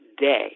day